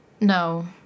No